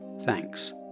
Thanks